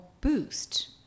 Boost